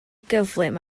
gyflym